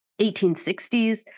1860s